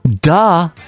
Duh